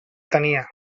tenia